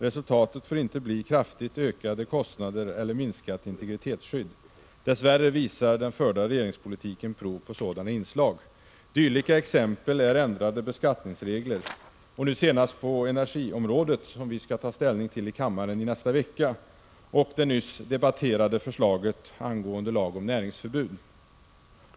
Resultatet får inte bli kraftigt ökade kostnader eller minskat integritetsskydd. Dess värre visar den förda regeringspolitiken prov på sådana inslag. Dylika exempel är ändrade beskattningsregler och förslagen på energiområdet som vi skall ta ställning till i kammaren nästa vecka samt det nyss debatterade förslagen ngående lag om näringsförbud.